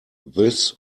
this